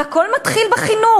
והכול מתחיל בחינוך.